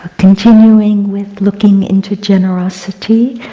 continuing with looking into generosity,